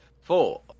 four